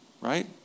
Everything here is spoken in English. right